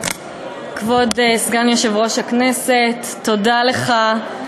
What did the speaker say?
כבוד סגן יושב-ראש הכנסת, תודה לך.